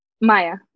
Maya